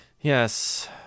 Yes